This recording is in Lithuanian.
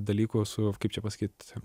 dalykų su kaip čia pasakyt